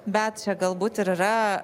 bet čia galbūt ir yra